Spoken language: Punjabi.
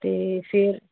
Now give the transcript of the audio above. ਅਤੇ ਫਿਰ